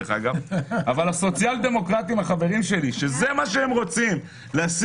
דרך אגב שזה מה שהם רוצים להשיג,